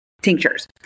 tinctures